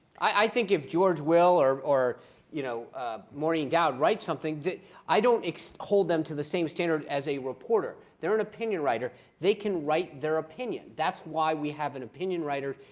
i think if george will or or you know maureen dowd writes something that i don't hold them to the same standard as a reporter. they're an opinion writer. they can write their opinion. that's why we have an opinion writer,